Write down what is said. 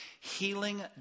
healing